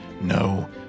no